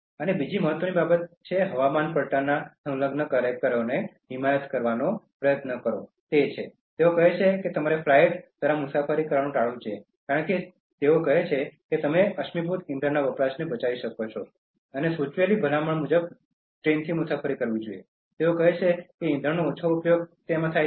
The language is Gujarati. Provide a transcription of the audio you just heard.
અને બીજી મહત્ત્વની બાબત જે હવામાન પલટાના સંલગ્ન કાર્યકરોએ હિમાયત કરવાનો પ્રયત્ન કર્યો તે છે તેઓ કહે છે કે તમારે ફ્લાઇટ દ્વારા મુસાફરી કરવાનું ટાળવું જોઈએ કારણ કે તેઓ કહે છે કે તમે અશ્મિભૂત ઇંધણના વપરાશને બચાવી શકો છો અને સૂચવેલા ભલામણ કરેલ મુસાફરીની રીત ટ્રેન છે તેઓ કહે છે કે તેમાં ઇંધણનો ઓછા ઉપયોગ છે